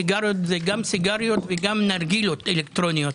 סיגריות זה גם סיגריות וגם נרגילות אלקטרוניות.